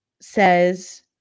says